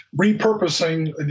repurposing